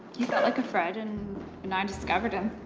he felt like a fred and and i discovered him.